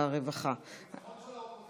הרווחה והבריאות